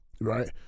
right